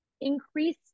increase